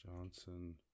Johnson